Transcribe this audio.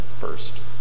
first